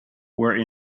were